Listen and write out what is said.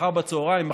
מחר בצוהריים,